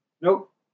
Nope